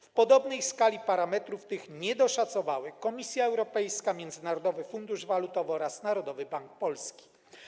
W podobnej skali parametrów tych nie doszacowały Komisja Europejska, Międzynarodowy Fundusz Walutowy oraz Narodowy Bank Polski.